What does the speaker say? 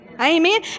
Amen